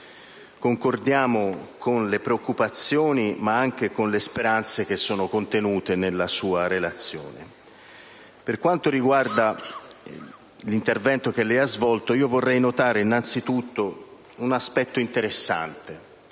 Concordiamo con le preoccupazioni, ma anche con le speranze che sono contenute nella sua relazione. Per quanto riguarda il suo intervento, vorrei sottolineare innanzitutto un aspetto interessante.